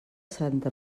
santa